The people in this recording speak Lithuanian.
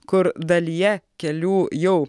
kur dalyje kelių jau